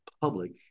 public